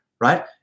right